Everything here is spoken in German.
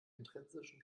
intrinsischen